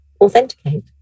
authenticate